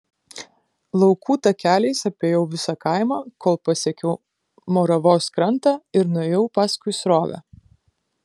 laukų takeliais apėjau visą kaimą kol pasiekiau moravos krantą ir nuėjau paskui srovę